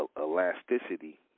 elasticity